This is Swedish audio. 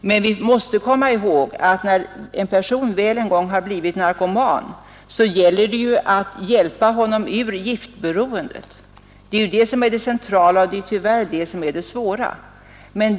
Men vi måste komma ihåg att när en person väl en gång har blivit narkoman gäller det att hjälpa honom ur giftberoendet. Det är det som är det centrala, och tyvärr är det också det som är det svåra.